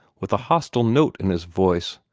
with a hostile note in his voice.